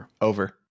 Over